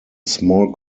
small